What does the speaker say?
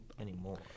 Anymore